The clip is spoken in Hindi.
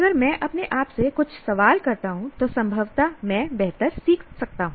अगर मैं अपने आप से कुछ सवाल करता हूं तो संभवतः मैं बेहतर सीख सकता हूं